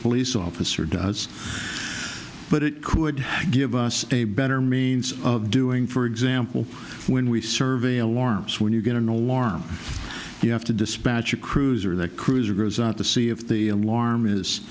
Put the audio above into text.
police officer does but it could give us a better means of doing for example when we survey alarms when you get an alarm you have to dispatch a cruiser the cruiser goes out to see if the alarm is